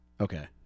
Okay